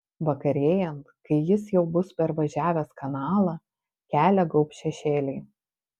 vakarėjant kai jis jau bus pervažiavęs kanalą kelią gaubs šešėliai